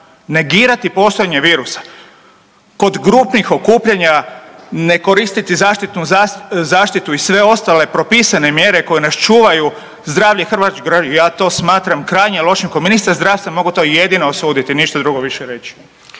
Negirati postojanje virusa, kod grupnih okupljanja ne koristiti zaštitu i sve ostale propisane mjere koje nas čuvaju, zdravlje hrvatskih građana, ja to smatram krajnje lošim. Kao ministar zdravstva mogu to jedino osuditi, ništa drugo više reći.